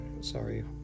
sorry